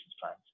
plans